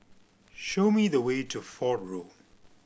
show me the way to Fort Road